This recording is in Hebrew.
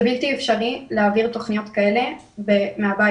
זה בלתי אפשרי להעביר תכניות כאלה מהבית,